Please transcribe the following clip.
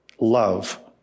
love